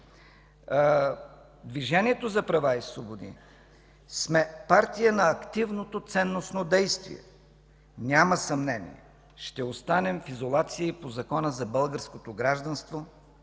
Движението за права и свободи сме партия на активното ценностно действие. Няма съмнение, ще останем в изолация и по Закона за българското гражданство,